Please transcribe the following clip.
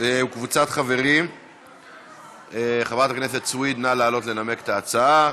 וחבר הכנסת יצחק כהן,